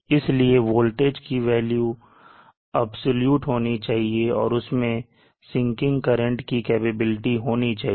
इसलिए वोल्टेज की value absolute होनी चाहिए और उसमें sinking current कि कैपेबिलिटी होनी चाहिए